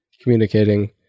communicating